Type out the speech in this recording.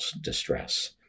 distress